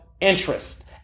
interest